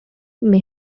may